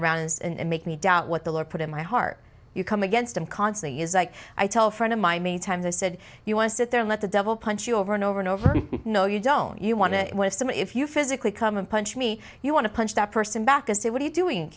around and make me doubt what the lord put in my heart you come against him constantly is like i tell a friend of my me time they said you want to sit there let the devil punch you over and over and over no you don't you want to have some if you physically come and punch me you want to punch that person back to say what are you doing